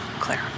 Claire